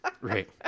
Right